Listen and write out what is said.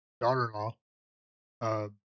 daughter-in-law